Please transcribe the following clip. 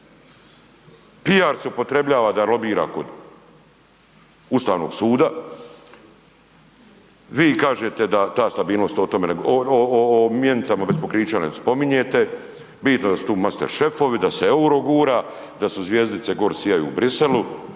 se upotrebljava da se lobira kod Ustavnog suda, vi kažete da ta stabilnost o tome ne, o, o, o, o mjenicama bez pokrića ne spominjete, bitno da su tu masteršefovi, da se EUR-o gura, da su zvjezdice gore sijaju u Briselu,